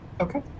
okay